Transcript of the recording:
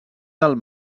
del